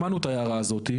שמענו את ההערה הזאת.